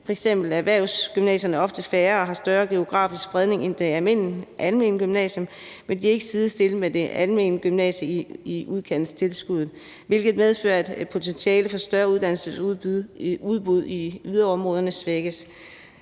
F.eks. er erhvervsgymnasierne ofte færre og har en større geografisk spredning end de almene gymnasier, men de bliver ikke sidestillet med de almene gymnasier i forhold til udkantstilskuddet, hvilket medfører, at potentialet for et større uddannelsesudbud i yderområderne svækkes.